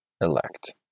elect